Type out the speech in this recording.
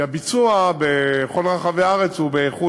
כי הביצוע בכל רחבי הארץ הוא באיכות